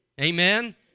Amen